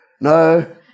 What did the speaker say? No